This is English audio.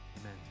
Amen